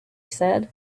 said